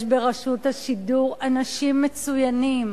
יש ברשות השידור אנשים מצוינים.